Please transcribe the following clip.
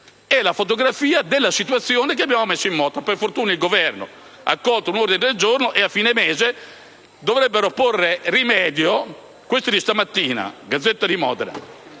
è la fotografia della situazione che abbiamo messo in moto. Per fortuna il Governo ha accolto un ordine del giorno e a fine mese dovrebbero porvi rimedio. Vi riferisco una notizia di